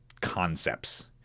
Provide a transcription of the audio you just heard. concepts